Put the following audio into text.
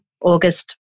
August